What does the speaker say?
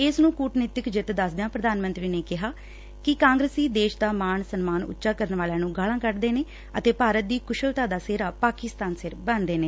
ਇਸ ਨੂੰ ਕੁਟਨੀਤਕ ਜਿੱਤ ਦਸਦਿਆਂ ਪ੍ਰਧਾਨ ਮੰਤਰੀ ਨੇ ਕਿਹਾ ਕਿ ਕਾਂਗਰਸੀ ਦੇਸ਼ ਦਾ ਮਾਣ ਸਨਮਾਨ ਉੱਚਾ ਕਰਨ ਵਾਲਿਆਂ ਨੂੰ ਗਾਲਾਂ ਕਢਦੇ ਨੇ ਅਤੇ ਭਾਰਤ ਦੀ ਕੁਸ਼ਲਤਾ ਦਾ ਸਿਹਰਾ ਪਾਕਿਸਤਾਨ ਸਿਰ ਬੰਨੁਦੇ ਨੇ